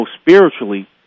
spiritually